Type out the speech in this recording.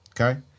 Okay